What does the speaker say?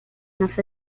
nossa